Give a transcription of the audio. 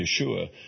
Yeshua